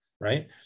right